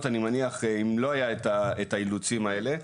אני מניח אם לא היה את האילוצים האלה,